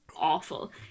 awful